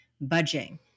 budging